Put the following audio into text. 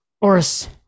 Oris